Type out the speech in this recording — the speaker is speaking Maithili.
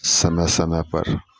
समय समयपर